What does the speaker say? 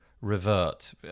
revert